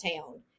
town